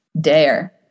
dare